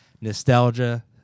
nostalgia